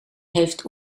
heeft